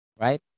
Right